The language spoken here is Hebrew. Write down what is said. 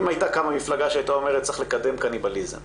אם הייתה קמה מפלגה שהייתה אומרת שצריך לקדם קניבליזם,